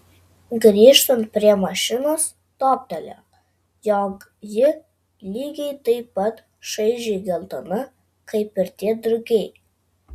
grįžtant prie mašinos toptelėjo jog ji lygiai taip pat šaižiai geltona kaip ir tie drugiai